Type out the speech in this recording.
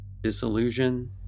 disillusion